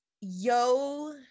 Yo